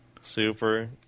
Super